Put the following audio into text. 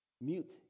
mute